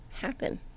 Happen